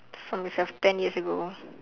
from yourself ten years ago